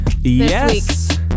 Yes